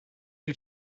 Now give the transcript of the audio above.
you